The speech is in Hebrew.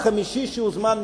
החמישי שהוזמן,